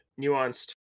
nuanced